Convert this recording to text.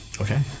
Okay